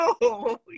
No